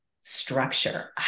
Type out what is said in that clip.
structure